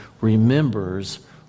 Remembers